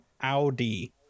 Audi